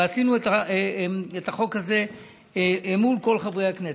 עשינו את החוק הזה מול כל חברי הכנסת.